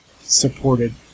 supported